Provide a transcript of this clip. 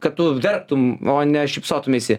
kad tu verktum o ne šypsotumeisi